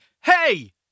Hey